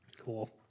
Cool